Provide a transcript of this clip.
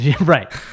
Right